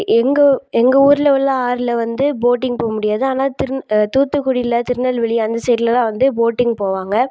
எங்கள் எங்கள் ஊரில் உள்ள ஆற்றுல வந்து போட்டிங் போக முடியாது ஆனால் திரு தூத்துக்குடியில் திருநெல்வேலி அந்த சைடிலலாம் வந்து போட்டிங் போவாங்க